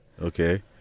Okay